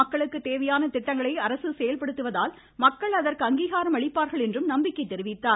மக்களுக்கு தேவையான திட்டங்களை அரசு செயல்படுத்துவதால் மக்கள் அதற்கு அங்கீகாரம் அளிப்பார்கள் என்று நம்பிக்கை தெரிவித்தார்